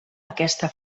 aquesta